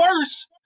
worse